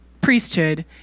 priesthood